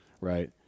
right